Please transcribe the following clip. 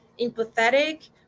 empathetic